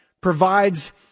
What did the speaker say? provides